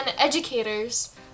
educators